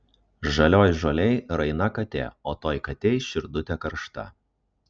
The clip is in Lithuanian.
žalioj žolėj raina katė o toj katėj širdutė karšta